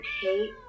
hate